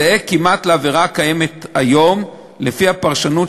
זהה כמעט לעבירה הקיימת היום לפי הפרשנות